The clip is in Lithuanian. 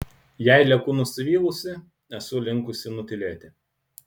jei lieku nusivylusi esu linkusi nutylėti